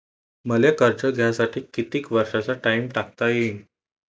मले कर्ज घ्यासाठी कितीक वर्षाचा टाइम टाकता येईन?